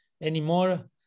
anymore